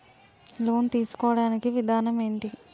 Loan తీసుకోడానికి విధానం ఏంటి?